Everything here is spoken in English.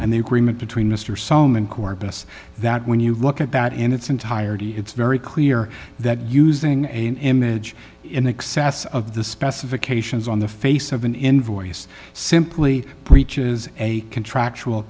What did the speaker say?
and the agreement between mr solomon corpus that when you look at that in its entirety it's very clear that using an image in excess of the specifications on the face of an invoice simply breaches a contractual